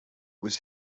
was